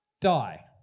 die